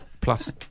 Plus